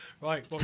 Right